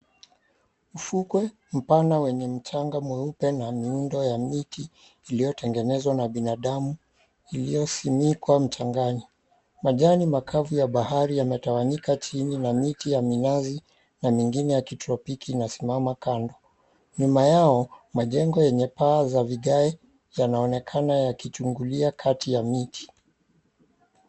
Mfukwe mpana wenye mchanga mweupe na miundo ya miti iliyotengenezwa na binadamu iliyosinikwa mchangani. Majani makavu ya bahari yametawanyika chini na miti ya minazi na mingine ya kitropiki inasimama kando. Nyuma yao, majengo yenye paa za vigae yanaonekana yakichungulia kati ya miti.